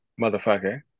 motherfucker